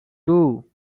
two